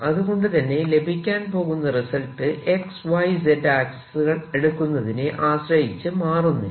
അതുകൊണ്ടു തന്നെ ലഭിക്കാൻ പോകുന്ന റിസൾട്ട് X Y ആക്സിസുകൾ എടുക്കുന്നതിനെ ആശ്രയിച്ചു മാറുന്നില്ല